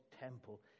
temple